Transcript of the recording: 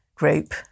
group